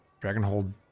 Dragonhold